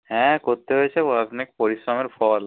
হ্যাঁ করতে হয়েছে অনেক পরিশ্রমের ফল